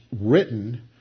written